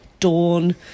dawn